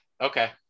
Okay